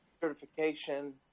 certification